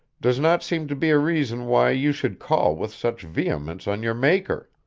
does not seem to be a reason why you should call with such vehemence on your maker.